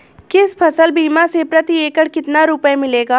किसान फसल बीमा से प्रति एकड़ कितना रुपया मिलेगा?